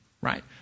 right